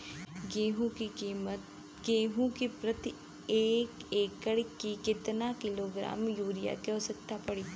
गेहूँ के प्रति एक एकड़ में कितना किलोग्राम युरिया क आवश्यकता पड़ी?